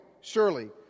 surely